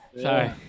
Sorry